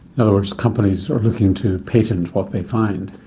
in other words, companies are looking to patent what they find.